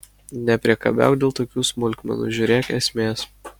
nepriekabiauk dėl tokių smulkmenų žiūrėk esmės